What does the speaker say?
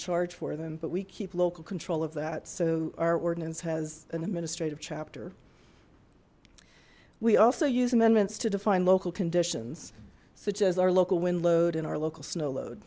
charge for them but we keep local control that so our ordinance has an administrative chapter we also use amendments to define local conditions such as our local wind load in our local snow load